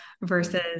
versus